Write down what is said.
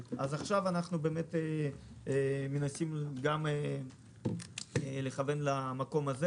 אז עכשיו אנחנו מנסים לכוון למקום הזה,